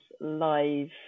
live